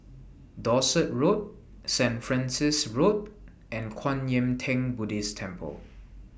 Dorset Road Saint Francis Road and Kwan Yam Theng Buddhist Temple